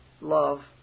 love